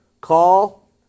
call